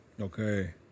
okay